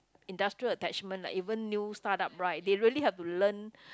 industrial attachment like even new start up right they really have to learn